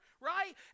right